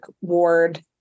ward